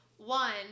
One